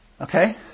Okay